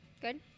Good